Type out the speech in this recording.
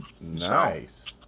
Nice